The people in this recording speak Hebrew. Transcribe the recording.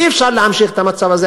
אי-אפשר להמשיך את המצב הזה.